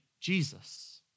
Jesus